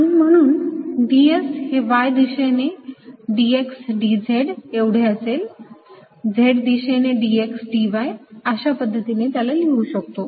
आणि म्हणून ds हे y दिशेने dxdz एवढे असेल आणि z दिशेने dxdy अशा पद्धतीने त्याला लिहू शकतो